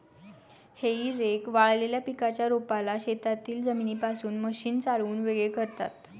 हेई रेक वाळलेल्या पिकाच्या रोपाला शेतातील जमिनीपासून मशीन चालवून वेगळे करतात